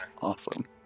Awesome